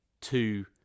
two